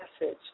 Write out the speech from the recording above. message